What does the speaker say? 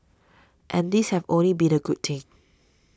and these have only been a good thing